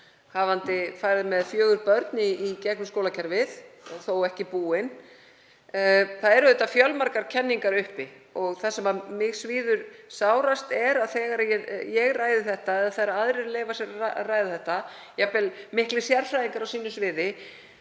hafa farið með fjögur börn í gegnum skólakerfið og er þó ekki búin. Auðvitað eru fjölmargar kenningar uppi en það sem mér svíður sárast er að þegar ég ræði þetta, eða þegar aðrir leyfa sér að ræða þetta, jafnvel miklir sérfræðingar á sínu sviði,